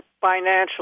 financially